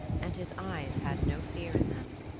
and his eyes had no fear in them.